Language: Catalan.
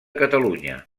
catalunya